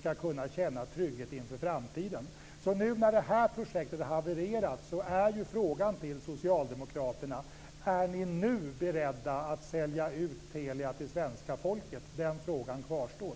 ska kunna känna trygghet inför framtiden. När nu det här projektet har havererat är ju frågan till Socialdemokraterna: Är ni nu beredda att sälja ut Telia till svenska folket? Den frågan kvarstår.